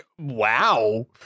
wow